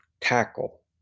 tackle